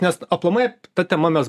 nes aplamai ta tema mes